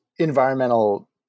environmental